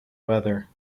weather